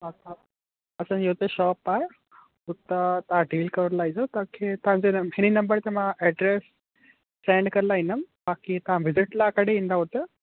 अच्छा असांजी उते शॉप आहे उतां तव्हां डील करण लाइ ईंदव तव्हांखे तव्हांजे इन्हीअ नम्बर ते मां एड्रस सेंड करे लाहींदमि बाक़ी तव्हां विज़िट लाइ कॾहिं ईंदव उते